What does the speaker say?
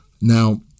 Now